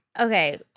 Okay